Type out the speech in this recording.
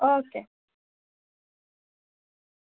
okay